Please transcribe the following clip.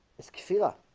it's kuvira